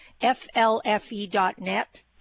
flfe.net